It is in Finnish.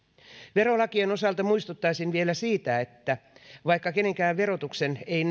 verolakien osalta muistuttaisin vielä siitä että vaikka kenenkään verotuksen ei